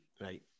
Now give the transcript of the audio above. Right